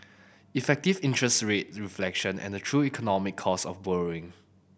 effective interest rates reflection a true economic cost of borrowing